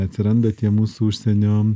atsiranda tie mūsų užsienio